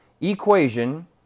Equation